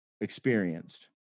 experienced